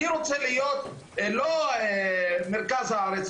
אני לא רוצה להיות מרכז הארץ,